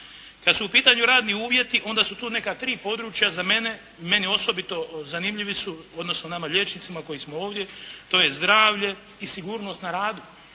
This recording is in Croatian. Kad su u pitanju radni uvjeti onda su tu neka tri područja za mene, meni osobito zanimljivi su, odnosno nama liječnicima koji smo ovdje to je zdravlje i sigurnost na radu.